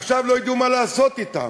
עכשיו לא ידעו מה לעשות אתם,